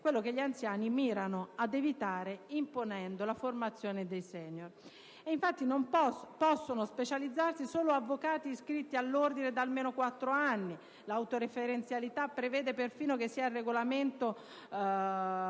a ciò che gli anziani mirano ad evitare imponendo la formazione dei *senior*. Infatti, possono specializzarsi solo avvocati iscritti all'ordine da almeno quattro anni. L'autoreferenzialità prevede perfino che sia il regolamento